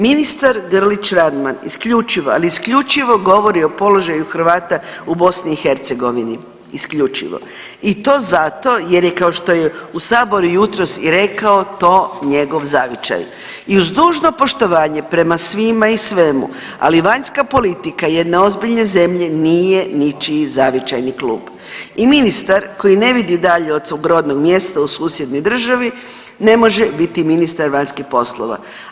Ministar Grlić Radman isključivo, ali isključivo govori o položaju Hrvata u BiH, isključivo i to zato jer je kao što je u Sabor i jutros i rekao, to njegov zavičaj i uz dužno poštovanje prema svima i svemu, ali vanjska politika jedne ozbiljne zemlje nije ničiji zavičajni klub i ministar koji ne vidi dalje od svog rodnog mjesta u susjednoj državi ne može biti ministar vanjskih poslova.